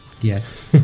Yes